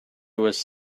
was